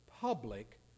public